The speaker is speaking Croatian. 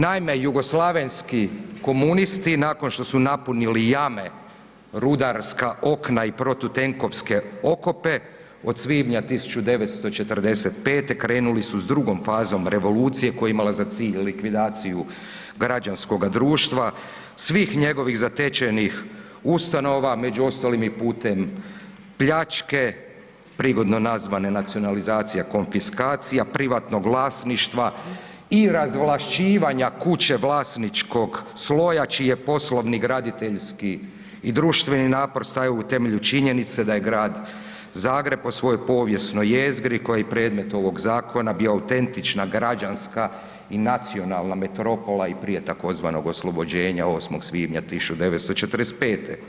Naime, jugoslavenski komunisti nakon štos u napunili jame, rudarska okna i protutenkovske okope od svibnja 1945. krenuli su s drugom fazom revolucije koja je imala za cilj likvidaciju građanskoga društva, svih njegovih zatečenih ustanova, među ostalim i putem pljačke, prigodne nazvane nacionalizacija konfiskacija privatnog vlasništva i razvlašćivanja kuće vlasničkog sloja čiji je poslovni graditeljski i društveni napor stajao u temelju činjenice da je Grad Zagreb po svojoj povijesnoj jezgri koji je predmet ovoga zakona bio autentična građanska i nacionalna metropola i prije tzv. oslobođenja 8. svibnja '45.